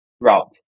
route